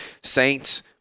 Saints